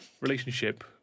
relationship